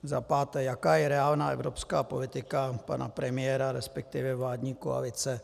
Za páté: Jaká je reálná evropská politika pana premiéra, resp. vládní koalice?